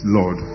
lord